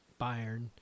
Bayern